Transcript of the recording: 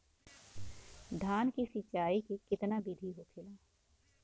धान की सिंचाई की कितना बिदी होखेला?